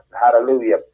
Hallelujah